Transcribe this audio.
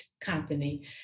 company